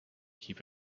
keep